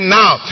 now